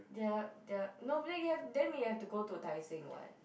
their their no but then we have to go to Tai-Seng [what]